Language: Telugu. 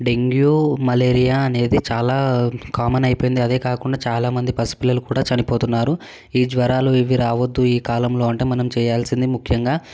డెంగ్యూ మలేరియా అనేది చాలా కామన్ అయిపోయింది అదే కాకుండా చాలామంది పసిపిల్లలు కూడా చనిపోతున్నారు ఈ జ్వరాలు ఇవి రావద్దు ఈ కాలంలో అంటే మనం చేయాల్సింది ముఖ్యంగా